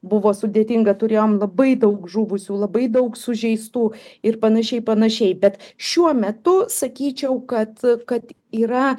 buvo sudėtinga turėjom labai daug žuvusių labai daug sužeistų ir panašiai panašiai bet šiuo metu sakyčiau kad kad yra